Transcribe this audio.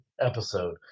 episode